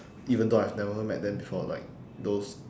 even though I've never met them before like those